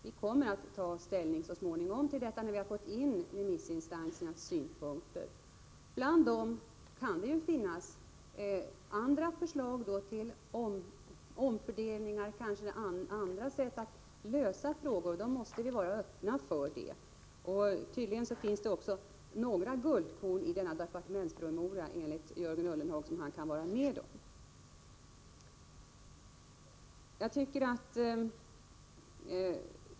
Vi kommer att ta ställning så småningom, när vi har fått in remissinstansernas synpunkter. Bland dem kan finnas förslag till omfördelningar eller kanske andra sätt att lösa finansieringsfrågorna. Vi måste vara öppna för sådana förslag! Tydligen finns också några guldkorn i denna departementspromemoria, enligt Jörgen Ullenhag, som han kan acceptera.